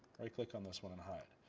right click on this one and hide.